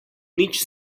nič